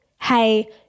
hey